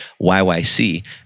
YYC